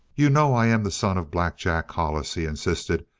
you know i'm the son of black jack hollis, he insisted.